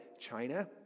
China